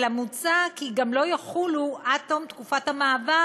אלא מוצע כי גם לא יחולו עד תום תקופת המעבר